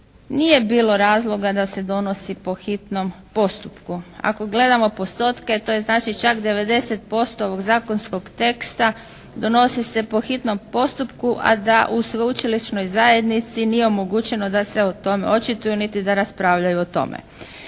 nije bilo razloga da se donosi po hitnom postupku. Ako gledamo postotke to je znači čak 90% ovog zakonskog teksta donosi se po hitnom postupku a da u sveučilišnoj zajednici nije omogućeno da se o tome očituje niti da raspravljaju o tome.